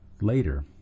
later